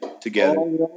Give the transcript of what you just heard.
together